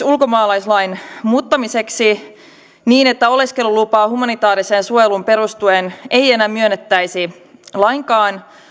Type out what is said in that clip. ulkomaalaislain muuttamiseksi niin että oleskelulupaa humanitaariseen suojeluun perustuen ei enää myönnettäisi lainkaan